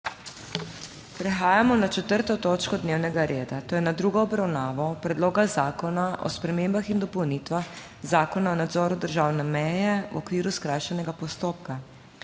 s****prekinjeno 4. točko dnevnega reda, to je z drugo obravnavo Predloga zakona o spremembah in dopolnitvah Zakona o nadzoru državne meje v okviru skrajšanega postopka.**